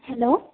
hello